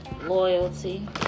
loyalty